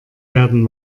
werden